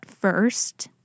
first